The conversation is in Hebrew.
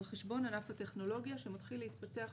על חשבון ענף הטכנולוגיה שמתחיל להתפתח בבורסה.